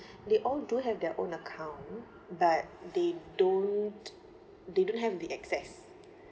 they all do have their own account but they don't they don't have the access